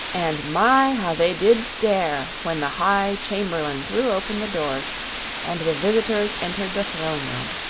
and my, how they did stare when the high chamberlain threw open the doors and the visitors entered the throne-room!